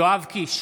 יואב קיש,